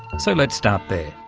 so let's start there.